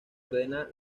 ordena